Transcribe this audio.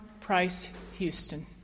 Price-Houston